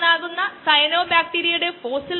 അത് ലോഗരിതമിക് വളർച്ചയുടെ സമയമാണ്